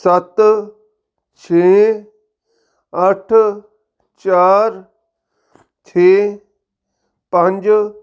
ਸੱਤ ਛੇ ਅੱਠ ਚਾਰ ਛੇ ਪੰਜ